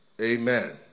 Amen